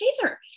chaser